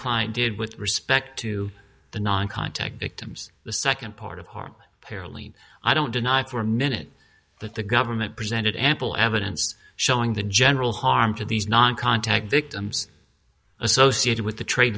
client did with respect to the non contact victims the second part are apparently i don't deny for a minute that the government presented ample evidence showing the general harm to these non contact victims associated with the